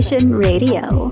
Radio